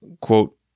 quote